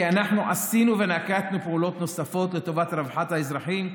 כי אנחנו עשינו ונקטנו פעולות נוספות לטובת רווחת האזרחים,